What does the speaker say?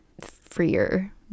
freer